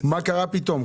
מה קרה פתאום?